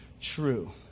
true